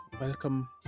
welcome